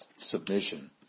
submission